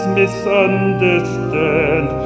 misunderstand